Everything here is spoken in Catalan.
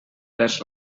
les